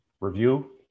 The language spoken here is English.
review